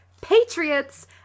Patriots